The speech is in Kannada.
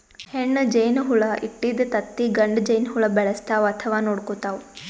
ಹೆಣ್ಣ್ ಜೇನಹುಳ ಇಟ್ಟಿದ್ದ್ ತತ್ತಿ ಗಂಡ ಜೇನಹುಳ ಬೆಳೆಸ್ತಾವ್ ಅಥವಾ ನೋಡ್ಕೊತಾವ್